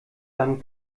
dann